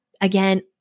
Again